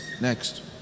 Next